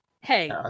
Hey